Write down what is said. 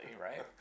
Right